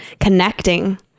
connecting